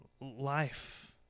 life